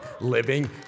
living